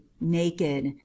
naked